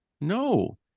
No